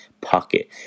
pocket